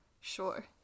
Sure